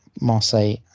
Marseille